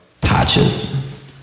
Patches